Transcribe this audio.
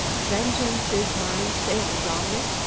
vengeance is mine saith zalnitch.